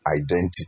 identity